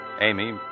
Amy